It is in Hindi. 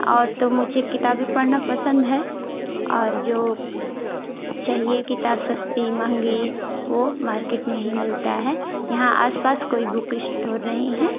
और तो मुझे किताबें पढ़ना पसंद है और जो चाहिए किताब सस्ती मंहगी वो मार्केट में ही मिलता है यहाँ आसपास कोई बूक इस्कूल नहीं है